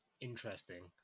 Interesting